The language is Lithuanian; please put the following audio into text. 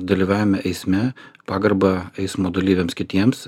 dalyvavimą eisme pagarbą eismo dalyviams kitiems